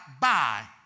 buy